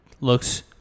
Looks